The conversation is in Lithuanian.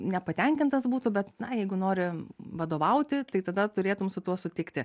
nepatenkintas būtų bet na jeigu nori vadovauti tai tada turėtum su tuo sutikti